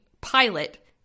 pilot